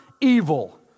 evil